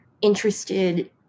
interested